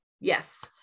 Yes